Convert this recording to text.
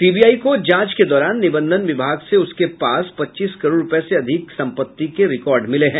CBI को जांच के दौरान निबंधन विभाग से उसके पास पच्चीस करोड़ रूपये से अधिक संपत्ति के रिकार्ड मिले हैं